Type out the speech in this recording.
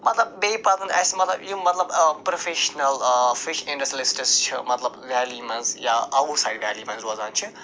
مطلب بیٚیہِ پَزَن اَسہِ مطلب یِم مطلب پرٛوفٮ۪شنَل فِش اِنٛڈَسٹٕلِسٹٕس چھِ مطلب ویلی منٛز یا آوُٹ سایِڈ ویلی منٛز روزان چھِ